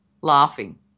laughing